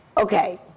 okay